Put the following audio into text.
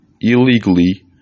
illegally